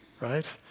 right